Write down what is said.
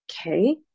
okay